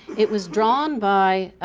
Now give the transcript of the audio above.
it was drawn by